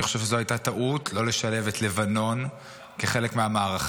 אני חושב שזו הייתה טעות לא לשלב את לבנון כחלק מהמערכה,